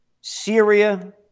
Syria